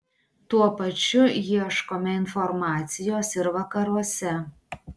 tuo pačiu ieškome informacijos ir vakaruose